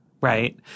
Right